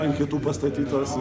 ant kitų pastatytas